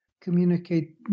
communicate